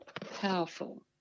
powerful